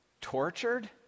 tortured